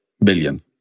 billion